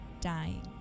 dying